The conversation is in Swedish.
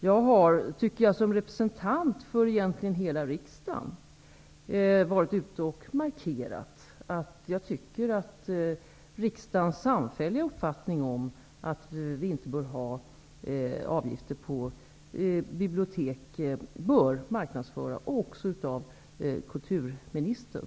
Jag har, som representant för egentligen hela riksdagen, varit ute och markerat att jag tycker att riksdagens samfälliga uppfattning om att vi inte bör ha avgifter på bibliotek bör marknadsföras också av kulturministern.